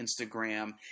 Instagram